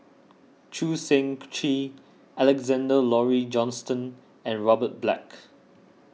Choo Seng Quee Alexander Laurie Johnston and Robert Black